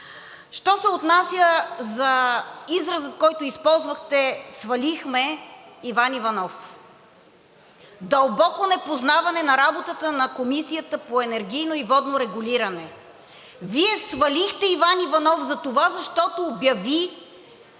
Що се отнася до израза, който използвахте „свалихме Иван Иванов“, е дълбоко непознаване на работата на Комисията по енергийно и водно регулиране. Вие свалихте Иван Иванов затова, защото обяви